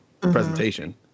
presentation